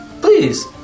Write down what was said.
Please